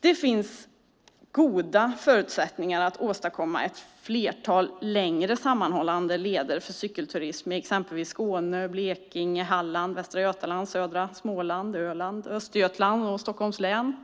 Det finns goda förutsättningar att åstadkomma ett flertal längre sammanhållna leder för cykelturism i exempelvis Skåne, Blekinge, Halland, Västra Götaland, södra Småland, Öland, Östergötland och Stockholms län.